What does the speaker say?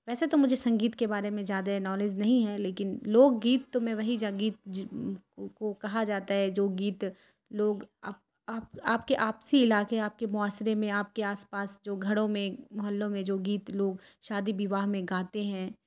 ویسے تو مجھے سنگیت کے بارے میں زیادہ نالج نہیں ہے لیکن لوک گیت تو میں وہی جا گیت کو کہا جاتا ہے جو گیت لوگ آپ آپ کے آپسی علاقے آپ کے معاشرے میں آپ کے آس پاس جو گھروں میں محلوں میں جو گیت لوگ شادی بواہ میں گاتے ہیں